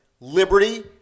liberty